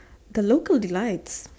the local delights